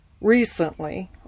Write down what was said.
recently